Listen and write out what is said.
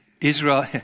Israel